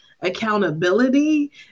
accountability